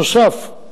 נוסף על כך,